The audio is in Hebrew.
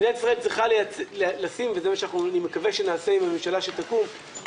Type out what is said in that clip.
מדינת ישראל צריכה לשים ואני מקווה שנעשה עם הממשלה שתקום,